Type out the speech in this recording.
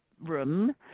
room